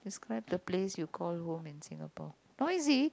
describe the place you call home in Singapore noisy